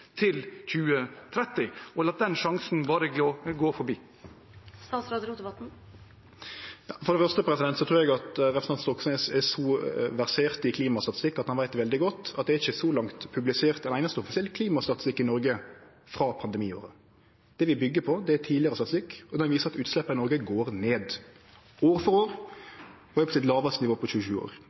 til 2030, og lar den sjansen bare gå forbi? For det første trur eg at representanten Stoknes er så versert i klimastatistikk at han veit veldig godt at det så langt ikkje er publisert ein einaste offisiell klimastatistikk i Noreg frå pandemiåret. Det vi byggjer på, er tidlegare statistikk, og den viser at utsleppa i Noreg går ned år for år og er på sitt lågaste nivå på 27 år.